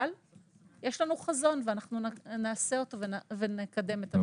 אבל יש לנו חזון ואנחנו נקדם אותו ונעשה את זה.